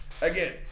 Again